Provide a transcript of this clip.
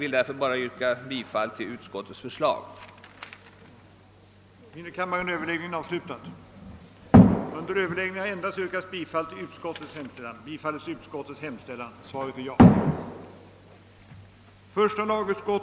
politisk reform med ett avsevärt förbättrat stöd för barnfamiljerna i enlighet med de riktlinjer som i motionen anförts», samt